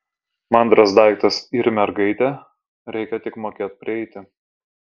mandras daiktas yr mergaitė reikia tik mokėt prieiti